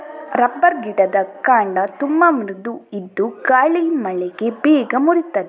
rubber ಗಿಡದ ಕಾಂಡ ತುಂಬಾ ಮೃದು ಇದ್ದು ಗಾಳಿ ಮಳೆಗೆ ಬೇಗ ಮುರೀತದೆ